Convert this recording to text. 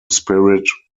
spirit